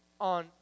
on